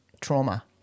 trauma